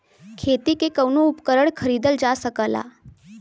खेती के कउनो उपकरण खरीदल जा सकला